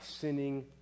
sinning